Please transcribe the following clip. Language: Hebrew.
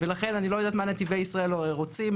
ולכן אני לא יודעת מה נתיבי ישראל רוצים.